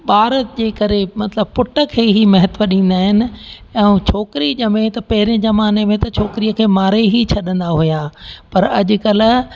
ॿार जे करे मतलबु पुट खे ई महत्व ॾींदा आहिनि ऐं हू छोकिरी ॼमें त पहिरें ज़माने में त छोकिरीअ खे मारे ई छॾंदा हुया पर अॼु कल्ह